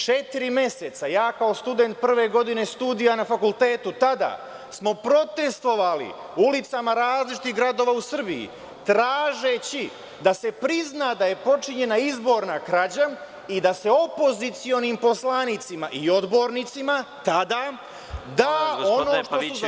Četiri meseca, ja kao student prve godine studija na fakultetu, tada smo protestvovali ulicama različitih gradova u Srbiji, tražeći da se prizna da je počinjena izborna krađa i da se opozicionim poslanicima i odbornicima tada da ono što su zaslužili na izborima.